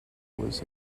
was